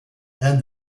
and